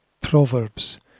Proverbs